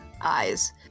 eyes